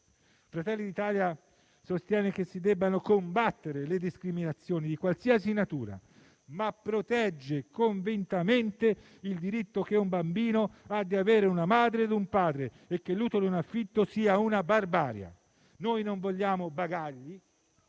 Fratelli d'Italia sostiene che si debbano combattere le discriminazioni di qualsiasi natura, ma protegge convintamente il diritto di un bambino di avere una madre e un padre e crede che l'utero in affitto sia una barbarie. Non vogliamo bavagli,